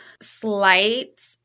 slight